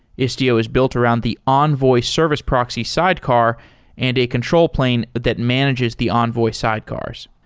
istio is built around the envoy service proxy sidecar and a control plane that manages the envoy sidecars.